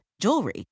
jewelry